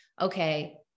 okay